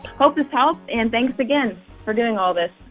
hope this helps, and thanks again for doing all this